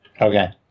Okay